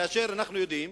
אנחנו יודעים,